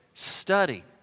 Study